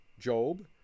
Job